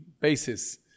basis